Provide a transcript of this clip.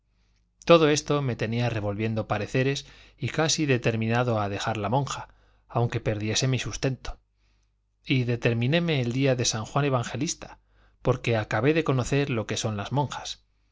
todo esto me tenía revolviendo pareceres y casi determinado a dejar la monja aunque perdiese mi sustento y determinéme el día de san juan evangelista porque acabé de conocer lo que son las monjas